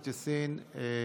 נתקבלה.